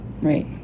right